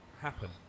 happen